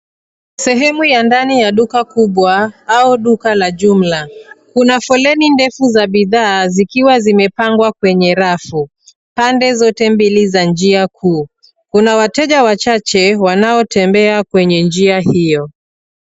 Sehemu ya ndani ya duka kubwa au duka la jumla. Kuna foleni ndefu za bidhaa, zikiwa zimepangwa kwenye rafu, pande zote mbili za njia kuu. Kuna wateja wachache wanaotembea kwenye njia hiyo.